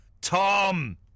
Tom